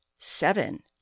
seven